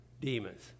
demons